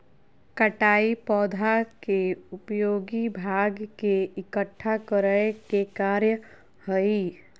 कटाई पौधा के उपयोगी भाग के इकट्ठा करय के कार्य हइ